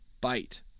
bite